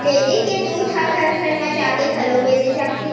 dairy के दूद ह घर घर म जाके घलो बेचे जाथे